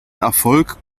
erfolg